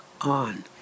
on